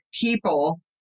people